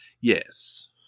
Yes